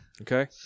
okay